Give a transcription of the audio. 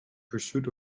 pursuit